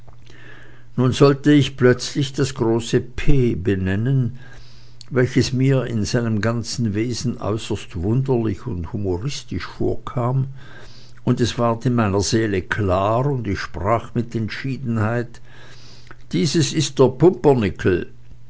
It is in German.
nun sollte ich plötzlich das große p benennen welches mir in seinem ganzen wesen äußerst wunderlich und humoristisch vorkam und es ward in meiner seele klar und ich sprach mit entschiedenheit dieses ist der